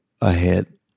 ahead